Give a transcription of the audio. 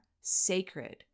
sacred